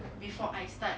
before I start